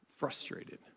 Frustrated